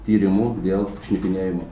tyrimu dėl šnipinėjimo